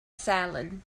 salad